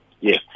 Yes